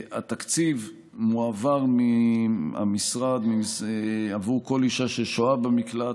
התקציב מועבר מהמשרד עבור כל אישה ששוהה במקלט,